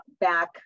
back